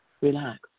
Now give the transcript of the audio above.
relax